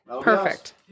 Perfect